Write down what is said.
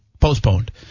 Postponed